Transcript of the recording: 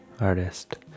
artist